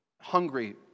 hungry